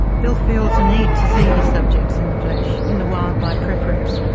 bill feels a need to see his subjects in the flesh, in the wild by preference.